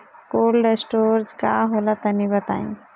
Cold storage का होला तनि बताई?